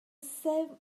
save